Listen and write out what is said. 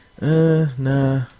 nah